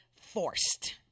forced